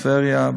טבריה,